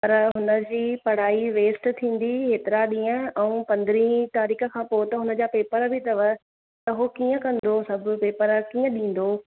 पर हुनजी पढ़ाई वेस्ट थींदी हेतिरा ॾींहं ऐं पंदरहीं तारीख़ खां पोइ त हुनजा पेपर बि अथव त हो कीअं कंदो सभु पेपर कीअं ॾींदो